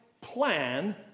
plan